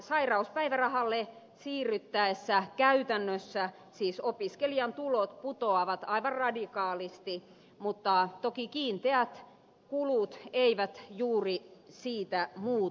sairauspäivärahalle siirryttäessä käytännössä siis opiskelijan tulot putoa vat aivan radikaalisti vaikka kiinteät kulut eivät siitä toki juuri muutu